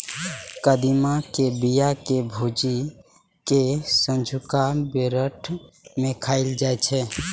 कदीमा के बिया कें भूजि कें संझुका बेरहट मे खाएल जाइ छै